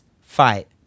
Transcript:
fight